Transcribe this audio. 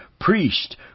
priest